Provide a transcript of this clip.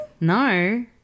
No